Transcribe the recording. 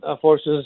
forces